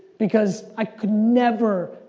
because i can never,